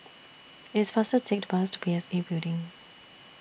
IT IS faster to Take The Bus P S A Building